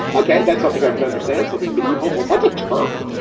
ok? that's something i could understand. something medieval. but what's a turf?